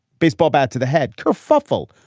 baseball bat to the head. kerfuffle,